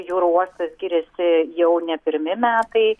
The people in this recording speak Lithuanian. jūrų uostas giriasi jau ne pirmi metai